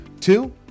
Two